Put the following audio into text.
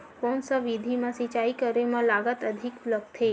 कोन सा विधि म सिंचाई करे म लागत अधिक लगथे?